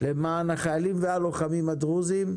למען החיילים והלוחמים הדרוזיים.